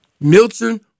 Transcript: Milton